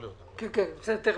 אני מבקש את נציגת